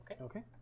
Okay